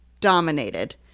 dominated